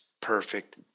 perfect